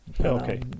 Okay